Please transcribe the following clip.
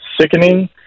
sickening